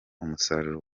umusaruro